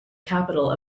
capital